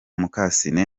mukasine